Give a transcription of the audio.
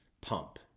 pump